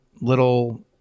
little